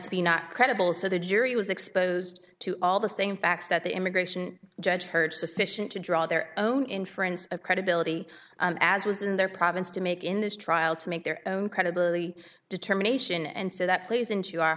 be not credible so the jury was exposed to all the same facts that the immigration judge heard sufficient to draw their own inference of credibility as was in their province to make in this trial to make their own credibility determination and so that plays into our